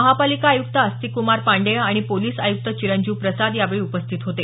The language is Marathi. महानगरपालिका आयुक्त आस्तिक कुमार पांडेय आणि पोलिस आयुक्त चिरंजीव प्रसाद यावेळी उपस्थित होते